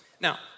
Now